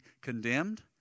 condemned